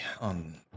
on